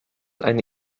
eine